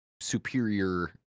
superior